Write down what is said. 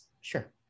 sure